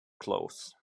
close